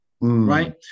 right